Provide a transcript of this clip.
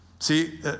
See